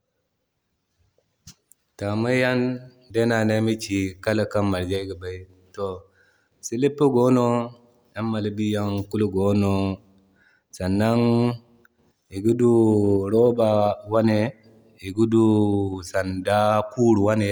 Taamuyan day no ane ayma ci kala kan Marge ayga bay. To silpa gono dan-malbi Yan kulu gono. Sannan iga du roba wane iga du sanda kuru wane